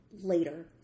later